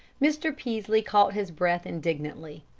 mr. peaslee caught his breath indignantly.